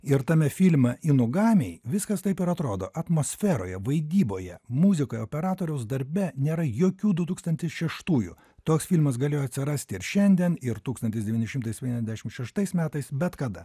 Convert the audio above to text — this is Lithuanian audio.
ir tame filme įinugamiai viskas taip ir atrodo atmosferoje vaidyboje muzikoje operatoriaus darbe nėra jokių du tūkstantis šeštųjų toks filmas galėjo atsirasti ir šiandien ir tūkstantis devyni šimtai septyniasdešimt šeštais metais bet kada